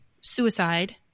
suicide